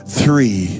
three